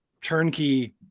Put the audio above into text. turnkey